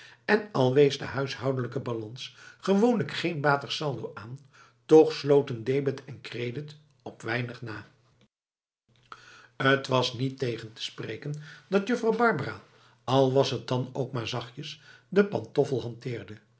en al wees de huishoudelijke balans gewoonlijk geen batig saldo aan toch sloten debet en credit op weinig na t was niet tegen te spreken dat juffrouw barbara al was t dan ook maar zachtjes de pantoffel hanteerde